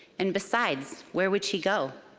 and besides, where would she go?